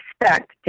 expect